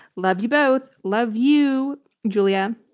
love you both. love you julia.